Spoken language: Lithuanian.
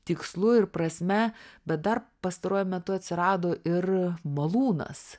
tikslu ir prasme bet dar pastaruoju metu atsirado ir malūnas